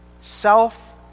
self